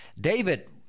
david